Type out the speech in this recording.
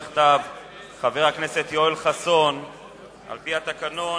חבר הכנסת יואל חסון הגיש לי בקשה בכתב על-פי התקנון,